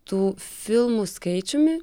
tų filmų skaičiumi